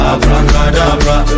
Abracadabra